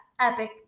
Epic